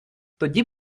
тоді